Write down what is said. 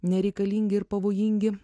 nereikalingi ir pavojingi